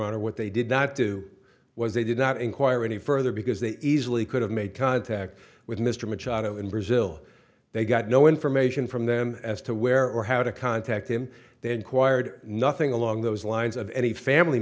an or what they did not do was they did not inquire any further because they easily could have made contact with mr machado in brazil they got no information from them as to where or how to contact him they inquired nothing along those lines of any family